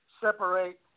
separate